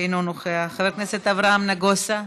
אינו נוכח, חבר הכנסת אברהם נגוסה,